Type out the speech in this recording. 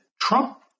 Trump